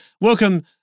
welcome